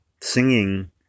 singing